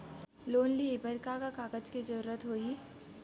Loan लेहे बर का का कागज के जरूरत होही?